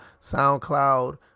soundcloud